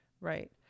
Right